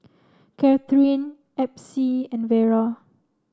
Kathryn Epsie and Vera